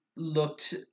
looked